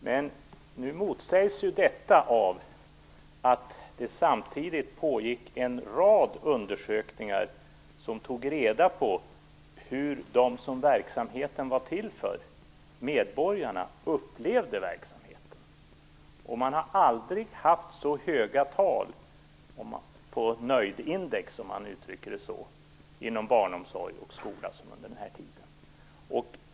Detta motsägs av en rad undersökningar som pågick samtidigt och där man tog reda på hur de som verksamheten var till för, medborgarna, upplevde den. Man har aldrig haft så höga tal på "nöjdindex" inom barnomsorg och skola som under den tiden.